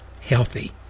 healthy